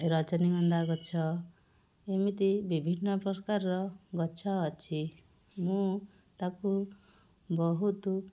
ରଜନୀଗନ୍ଧା ଗଛ ଏମିତି ବିଭିନ୍ନପ୍ରକାର ଗଛ ଅଛି ମୁଁ ତାକୁ ବହୁତ